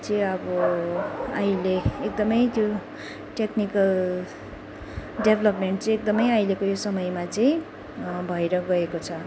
चाहिँ अब अहिले एकदमै त्यो टेक्निकल डेभलोपमेन्ट चाहिँ एकदमै अहिलेको यो समयमा चाहिँ भएर गएको छ